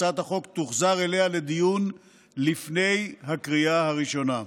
הצעת החוק תוחזר אליה לדיון לפני הקריאה הראשונה.